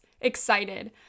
excited